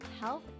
health